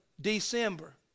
December